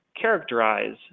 characterize